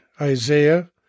Isaiah